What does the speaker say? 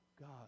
God